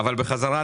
ראויים